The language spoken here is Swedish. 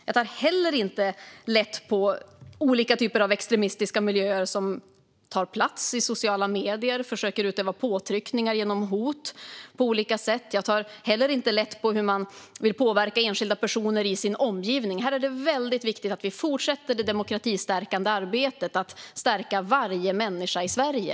Jag tar inte lätt på olika typer av extremistiska miljöer som tar plats i sociala medier och försöker att utöva påtryckningar genom hot på olika sätt. Jag tar heller inte lätt på hur man vill påverka enskilda personer i sin omgivning. Här är det väldigt viktigt att vi fortsätter det demokratistärkande arbetet att stärka varje människa i Sverige.